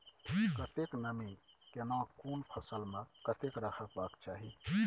कतेक नमी केना कोन फसल मे कतेक रहबाक चाही?